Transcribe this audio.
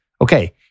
Okay